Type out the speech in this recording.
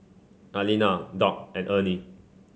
Aliana Dock and Ernie